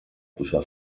posar